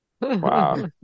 Wow